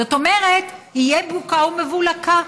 זאת אומרת יהיה בוקה ומבולקה: